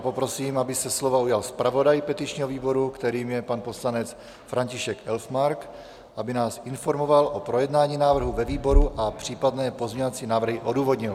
Poprosím, aby se slova ujal zpravodaj petičního výboru, kterým je pan poslanec František Elfmark, aby nás informoval o projednání návrhu ve výboru a případné pozměňovací návrhy odůvodnil.